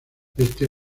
este